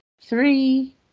Three